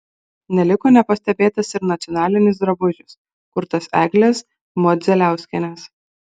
neliko nepastebėtas ir nacionalinis drabužis kurtas eglės modzeliauskienės